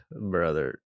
Brother